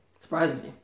surprisingly